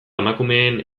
emakumeen